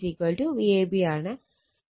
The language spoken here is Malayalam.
ഒരേ വോൾട്ടേജ് ഇമ്പിടൻസാണ്